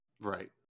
Right